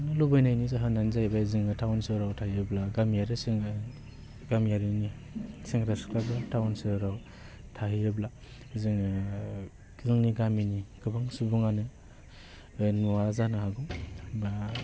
थांनो लुगैनायनि जाहोनानो जाहैबाय जोङो टाउन सहराव थायोब्ला गामियारि जोङो गामियारिनि सेंग्रा सिख्लाफ्रा टाउन सहराव थाहैयोब्ला जोङो जोंनि गामिनि गोबां सुबुङानो नुवा जानो हागौ बा